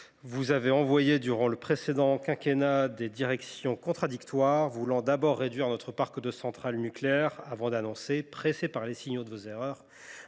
vous avez emprunté durant le précédent quinquennat des directions contradictoires, voulant d’abord réduire notre parc de centrales nucléaires avant d’annoncer, pressé par les signaux de vos erreurs,